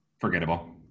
Forgettable